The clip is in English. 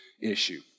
issue